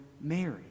Mary